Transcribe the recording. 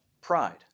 pride